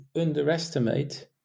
underestimate